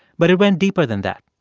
but it went deeper than that.